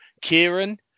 Kieran